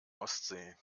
ostsee